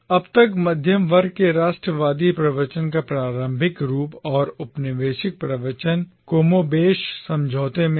अब तक एक मध्यम वर्ग के राष्ट्रवादी प्रवचन का प्रारंभिक रूप और औपनिवेशिक प्रवचन कमोबेश समझौते में थे